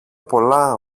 πολλά